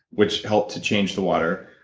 which helped to change the water.